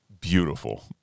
beautiful